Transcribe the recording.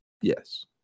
Yes